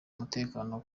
umutekano